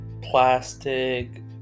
plastic